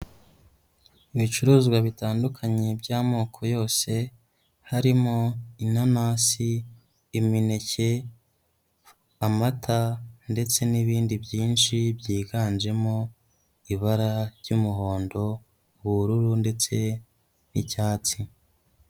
Ibicuruzwa bitandukanye by'amoko yose harimo inanasi ,imineke ,amata ndetse n'ibindi byinshi byiganjemo ibara ry'umuhondo ubururu ndetse n'icyatsi.